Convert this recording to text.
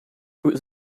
was